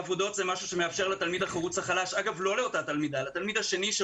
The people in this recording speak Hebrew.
עבודות זה משהו שמאפשר לתלמיד החרוץ החלש לא לתלמידה החזקה,